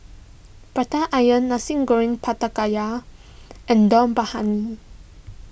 Prata Onion Nasi Goreng Pattaya and Dum Briyani